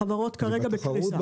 החברות כרגע בקריסה.